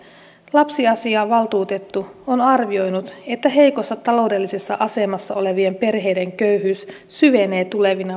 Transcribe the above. lapsiasiavaltuutettu on arvioinut että heikossa taloudellisessa asemassa olevien perheiden köyhyys syvenee tulevina vuosina